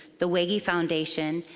the wege foundation,